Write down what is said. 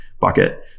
bucket